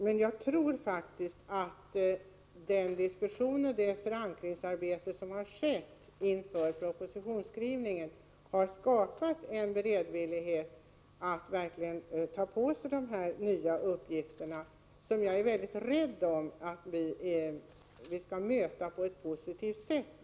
Men jag tror faktiskt att den diskussion och det förankringsarbete som har skett inför propositionsskrivningen har skapat en beredvillighet att verkligen ta på sig dessa nya uppgifter, en beredvillighet hos landstingen som jag är väldigt rädd om och vill att vi skall möta på ett positivt sätt.